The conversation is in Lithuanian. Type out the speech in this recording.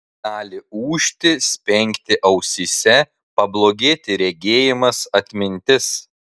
gali ūžti spengti ausyse pablogėti regėjimas atmintis